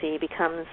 becomes